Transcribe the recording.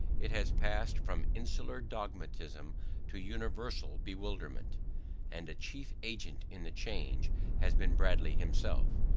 it has passed from insular dogmatism to universal bewilderment and a chief agent in the change has been bradley himself,